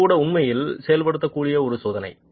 அது கூட உண்மையில் செயல்படுத்தக்கூடிய ஒரு சோதனை